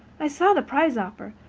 i saw the prize offer,